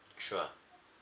sure